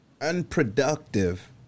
unproductive